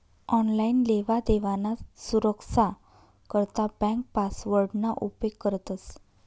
online लेवादेवाना सुरक्सा करता ब्यांक पासवर्डना उपेग करतंस